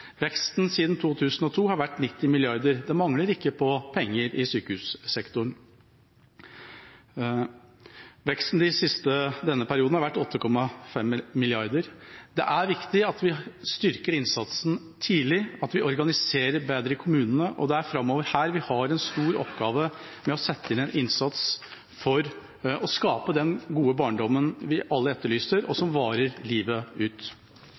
Veksten siden 2002 har vært på 90 mrd. kr. Det mangler ikke på penger i sykehussektoren. Veksten i denne perioden har vært på 8,5 mrd. kr. Det er viktig at vi styrker innsatsen tidlig, at vi organiserer bedre i kommunene, og det er her vi har en stor oppgave framover med å sette inn en innsats for å skape den gode barndommen vi alle etterlyser, og som varer livet ut.